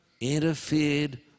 interfered